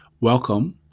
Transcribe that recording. Welcome